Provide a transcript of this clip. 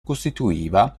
costituiva